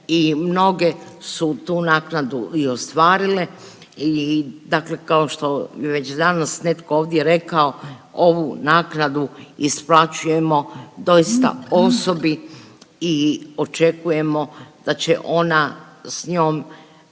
I mnoge su tu naknadu i ostvarile. Dakle, kao što je već danas netko ovdje rekao ovu naknadu isplaćujemo doista osobi i očekujemo da će ona sa njom